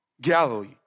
Galilee